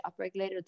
upregulated